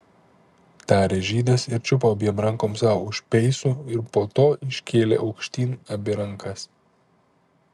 tarė žydas ir čiupo abiem rankom sau už peisų ir po to iškėlė aukštyn abi rankas